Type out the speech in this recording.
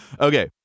Okay